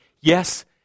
yes